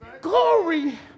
Glory